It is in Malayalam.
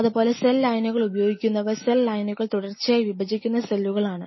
അതുപോലെ സെൽ ലൈനുകൾ ഉപയോഗിക്കുന്നവർ സെൽ ലൈനുകൾ തുടർച്ചയായി വിഭജിക്കുന്ന സെല്ലുകളാണ്